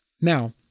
Now